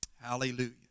Hallelujah